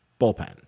bullpen